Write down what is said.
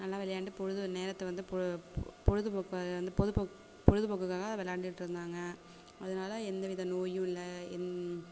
நல்லா விளையாண்டு பொழுதை நேரத்தை வந்து பொ பொ பொழுதுபோக்கா அந்த பொதுபோக் பொழுதுபோக்குக்காக அதை விளாண்டுட்ருந்தாங்க அதனால் எந்த வித நோயும் இல்லை எந்